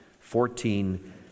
fourteen